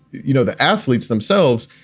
you know, the athletes themselves,